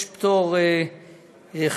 יש פטור חלקי,